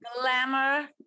glamour